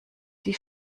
die